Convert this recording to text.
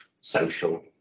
social